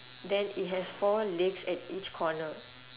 then it has four legs at each corner